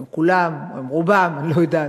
עם כולם או עם רובם, אני לא יודעת.